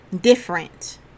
different